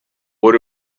would